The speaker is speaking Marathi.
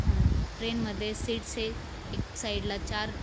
ह ट्रेनमध्येे सीट्स हे एक साईडला चार